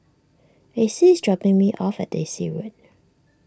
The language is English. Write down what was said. Acie is dropping me off at Daisy Road